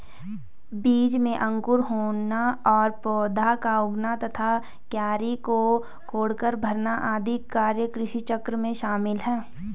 बीज में अंकुर होना और पौधा का उगना तथा क्यारी को कोड़कर भरना आदि कार्य कृषिचक्र में शामिल है